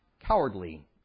cowardly